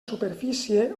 superfície